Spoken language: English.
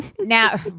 Now